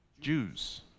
Jews